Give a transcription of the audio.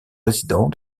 résidents